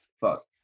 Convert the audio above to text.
fuck